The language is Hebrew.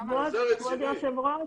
כבוד היושב ראש,